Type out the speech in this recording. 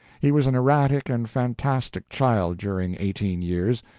he was an erratic and fantastic child during eighteen years,